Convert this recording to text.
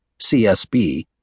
CSB